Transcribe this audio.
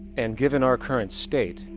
and given our current state,